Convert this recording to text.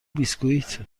بیسکوییت